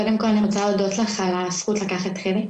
קודם כל אני רוצה להודות לך על הזכות לקחת חלק.